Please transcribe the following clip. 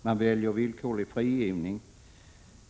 Man väljer villkorlig frigivning.